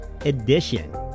Edition